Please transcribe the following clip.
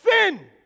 sin